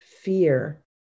fear